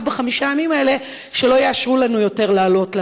בחמשת ימים האלה שלא יאשרו לנו עוד לעלות להר?